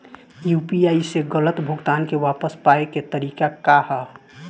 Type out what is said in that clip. UPI से गलत भुगतान के वापस पाये के तरीका का ह?